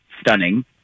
stunning